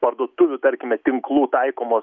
parduotuvių tarkime tinklų taikomos